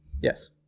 Yes